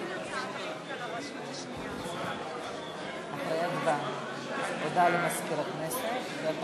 בעיקר אני חייב לומר שנגעו ללבי הדברים שאמר כאן חבר הכנסת ילין,